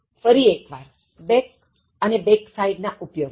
ફરી એક્વાર back અને backside ના ઉપયોગ માટે